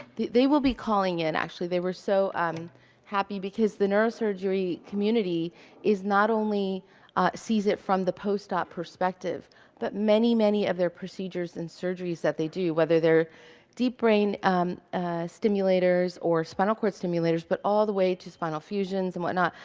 they will be calling in actually. they were so um happy because the neurosurgeon community is not only sees it from the post-op perspective but many, many of their procedures and surgeries that they do, whether they're deep-brain stimulators or spinal cord stimulators, but all the way to spinal fusions and whatnot,